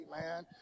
man